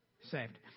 saved